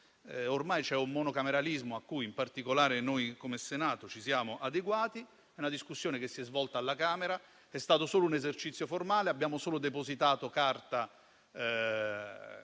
Ormai c'è un monocameralismo a cui in particolare noi come Senato ci siamo adeguati: la discussione si è svolta alla Camera, è stato solo un esercizio formale, abbiamo solo depositato carta